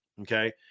okay